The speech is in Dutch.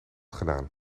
gedaan